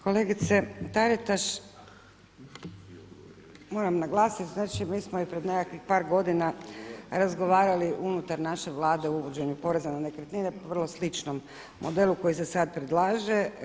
Kolegice Taritaš, moram naglasiti, mi smo i pred nekakvih par godina razgovarali unutar naše Vlade o uvođenju poreza na nekretnine o vrlo sličnom modelu koji se sad predlaže.